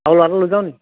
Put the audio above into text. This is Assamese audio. আৰু ল'ৰা এটা লৈ যাওঁ নি